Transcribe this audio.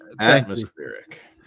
Atmospheric